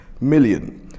million